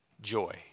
joy